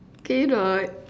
can you not